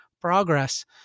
progress